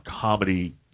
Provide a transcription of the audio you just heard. comedy